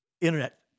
internet